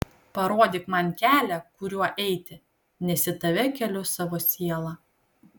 parodyk man kelią kuriuo eiti nes į tave keliu savo sielą